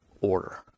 order